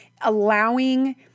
Allowing